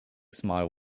smile